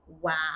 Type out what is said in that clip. wow